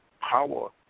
power